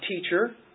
teacher